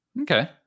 Okay